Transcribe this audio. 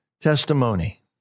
testimony